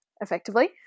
effectively